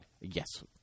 Yes